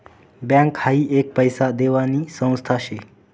bank हाई एक पैसा देवानी संस्था शे